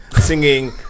singing